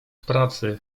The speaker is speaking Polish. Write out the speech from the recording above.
pracy